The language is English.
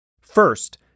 First